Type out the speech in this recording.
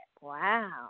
Wow